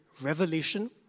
revelation